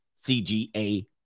CGA